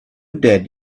that